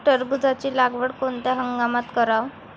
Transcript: टरबूजाची लागवड कोनत्या हंगामात कराव?